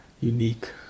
unique